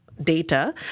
data